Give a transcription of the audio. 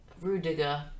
Rudiger